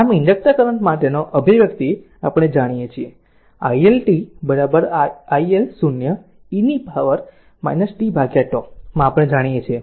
આમ inductor current માટે નો અભિવ્યક્તિ આપણે જાણીએ છીએ કે i L t i L 0 e power t τ આ આપણે જાણીએ છીએ